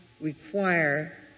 require